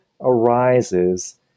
arises